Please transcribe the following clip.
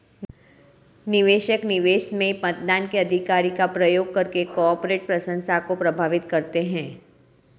निवेशक, निवेश में मतदान के अधिकार का प्रयोग करके कॉर्पोरेट प्रशासन को प्रभावित करते है